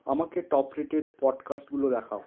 আমাকে top rated পডকাস্টগুলো দেখাও